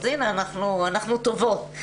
הנה, אנחנו טובות.